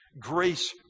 grace